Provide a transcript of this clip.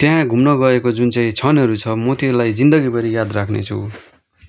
त्यहाँ घुम्न गएको जुनचाहिँ क्षणहरू छ म त्यसलाई जिन्दगीभरि याद राख्ने छु